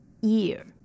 year